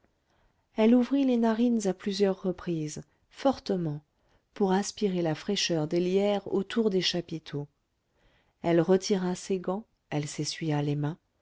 elle ouvrit les narines à plusieurs reprises fortement pour aspirer la fraîcheur des lierres autour des chapiteaux elle retira ses gants elle s'essuya les mains